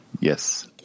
yes